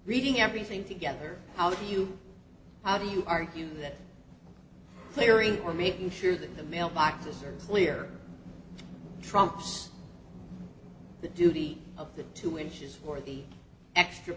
reading everything together how do you how do you argue that clearing or making sure that the mail boxes are clear trumps the duty of the two inches or the extra